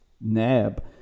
nab